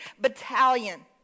battalion